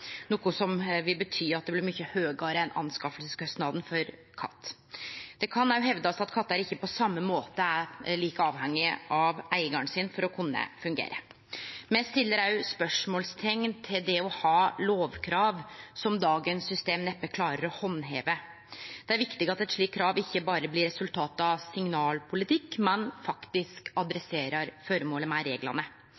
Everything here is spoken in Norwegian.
noko som vil bety at det blir mykje høgare enn anskaffingskostnaden for katt. Det kan òg hevdast at kattar ikkje på same måte er like avhengige av eigaren sin for å kunne fungere. Me stiller òg spørsmål om det å ha lovkrav som dagens system neppe klarar å handheve. Det er viktig at eit slikt krav ikkje berre blir resultat av signalpolitikk, men faktisk